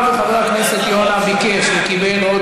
רגע, חבר הכנסת אייכלר, מחילה.